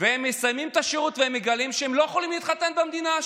והם מסיימים את השירות ומגלים שהם לא יכולים להתחתן במדינה,